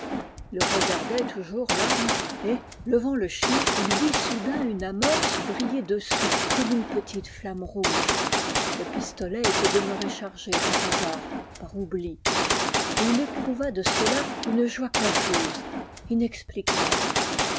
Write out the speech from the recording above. il regardait toujours l'arme et ie'ant le chien il vit soudain une amorce briller dessous comme une petite flamme rouge le pistolet était demeuré chargé par hasard par oubli et il éprouva de cela une oie confuse inexplicable